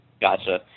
Gotcha